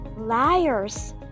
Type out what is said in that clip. liars